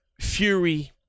Fury